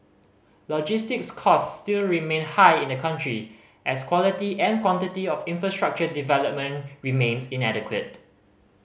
logistics costs still remain high in the country as quality and quantity of infrastructure development remains inadequate